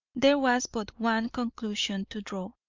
there was but one conclusion to draw.